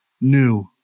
new